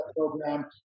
program